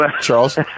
Charles